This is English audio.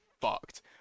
fucked